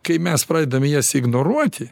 kai mes pradedam jas ignoruoti